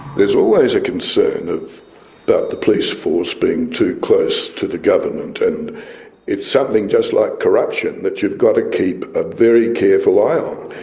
there's always a concern about the police force being too close to the government, and it's something, just like corruption, that you've got to keep a very careful eye on,